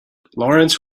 lawrence